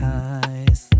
eyes